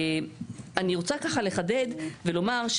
אני רוצה ככה לחדד ולומר,